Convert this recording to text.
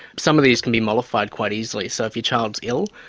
some of these can be mollified quite easily. so if your child's ill,